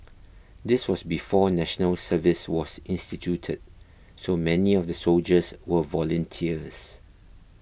this was before National Service was instituted so many of the soldiers were volunteers